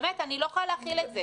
באמת אני לא יכולה להכיל את זה.